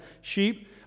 sheep